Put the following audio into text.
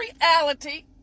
reality